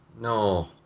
no